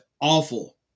awful